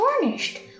tarnished